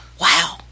wow